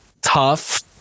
tough